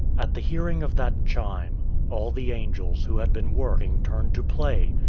at the hearing of that chime, all the angels who had been working turned to play,